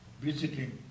visiting